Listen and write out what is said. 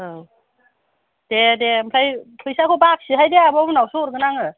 औ दे दे ओमफ्राय फैसाखौ बाखिसो हाय दे आब' उनावसो हरगोन आङो